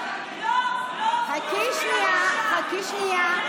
חכי שנייה, חכי שנייה.